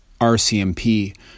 RCMP